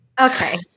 Okay